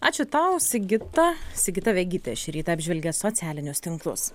ačiū tau sigita sigita vegytė šį rytą apžvelgė socialinius tinklus